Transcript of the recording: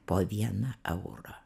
po vieną eurą